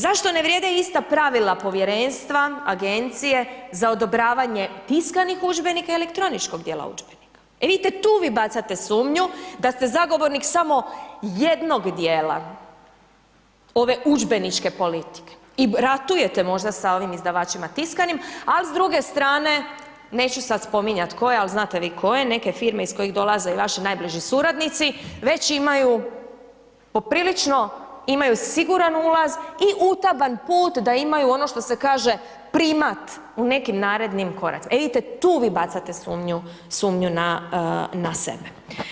Zašto ne vrijede ista pravila povjerenstva, agencije za odobravanje tiskanih udžbenika i elektroničkog dijela udžbenika, e vidite tu vi bacate sumnju da ste zagovornik samo jednog dijela ove udžbeničke politike i ratujete možda sa ovima izdavačima tiskanim, al s druge strane neću sad spominjat koje, al znate vi koje neke firme iz kojih dolaze i vaši najbliži suradnici, već imaju poprilično imaju siguran ulaz i utaban put da imaju ono što se kaže primat u nekim narednim koracima, e vidite tu vi bacate sumnju, sumnju na sebe.